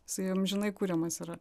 jisai amžinai kuriamas yra